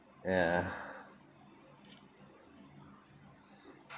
ya